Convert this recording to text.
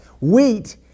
wheat